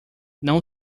não